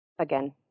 Again